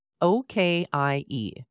O-K-I-E